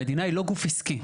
המדינה היא לא גוף עסקי.